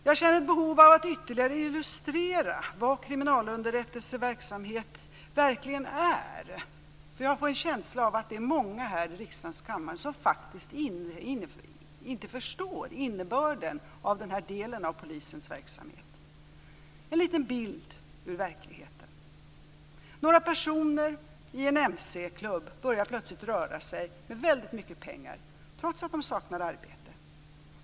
Jag känner ett behov av att ytterligare illustrera vad kriminalunderrättelseverksamhet verkligen är, för jag får en känsla av att många här i riksdagens kammare faktiskt inte förstår innebörden av den här delen av polisens verksamhet. Låt mig ge en liten bild ur verkligheten. Några personer i en mc-klubb börjar plötsligt röra sig med väldigt mycket pengar, trots att de saknar arbete.